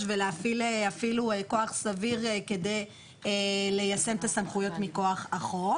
ולהפעיל אפילו כוח סביר כדי ליישם את הסמכויות מכוח החוק.